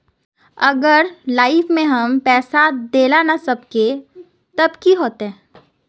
अगर लाइफ में हम पैसा दे ला ना सकबे तब की होते?